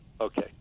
okay